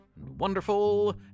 wonderful